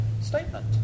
statement